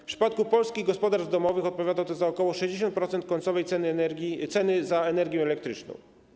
W przypadku polskich gospodarstw domowych odpowiada to za ok. 60% końcowej ceny za energię elektryczną.